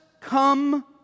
come